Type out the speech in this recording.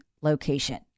location